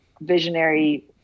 visionary